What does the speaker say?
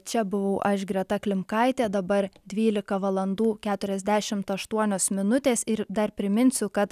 čia buvau aš greta klimkaitė dabar dvylika valandų keturiasdešimt aštuonios minutės ir dar priminsiu kad